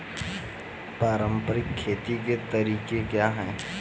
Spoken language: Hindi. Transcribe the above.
पारंपरिक खेती के तरीके क्या हैं?